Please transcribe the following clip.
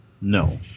no